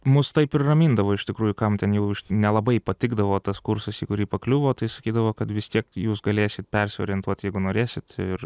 mus taip ir ramindavo iš tikrųjų kam ten jau nelabai patikdavo tas kursas į kurį pakliuvo tai sakydavo kad vis tiek jūs galėsit persiorientuot jeigu norėsit ir